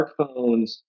smartphones